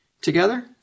together